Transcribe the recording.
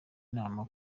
inama